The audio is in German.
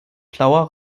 blauer